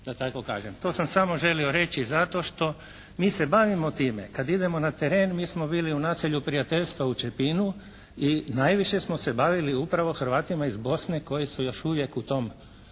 To sam samo želio reći zato što mi se bavimo time. Kad idemo na teren, mi smo bili u Naselju prijateljstva u Čepinu i najviše smo se bavili upravo Hrvatima iz Bosne koji su još uvijek u tom